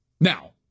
Now